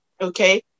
okay